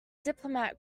diplomat